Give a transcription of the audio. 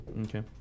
Okay